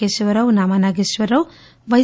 Keshavarao Nama Nageswara Rao పై